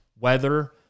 weather